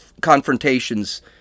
confrontations